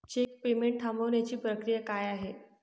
Check payment थांबवण्याची प्रक्रिया काय आहे?